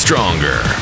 Stronger